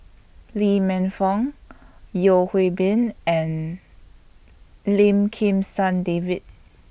Lee Man Fong Yeo Hwee Bin and Lim Kim San David